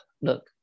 look